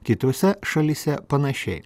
kitose šalyse panašiai